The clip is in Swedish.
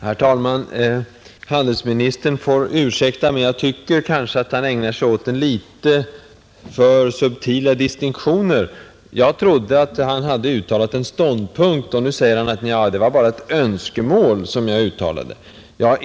Herr talman! Handelsministern får ursäkta, men jag tycker att han ägnar sig åt något för subtila distinktioner. Jag trodde att han hade uttalat en ståndpunkt, och nu säger han att det bara var ett önskemål som han framförde.